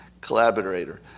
Collaborator